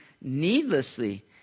needlessly